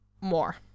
more